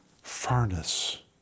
furnace